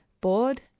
Bored